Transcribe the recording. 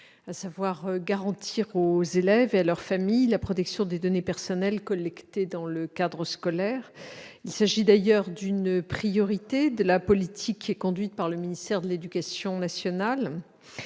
à savoir garantir aux élèves et à leurs familles la protection des données personnelles collectées dans le cadre scolaire. Il s'agit d'ailleurs d'une priorité de la politique conduite par le ministère de l'éducation nationale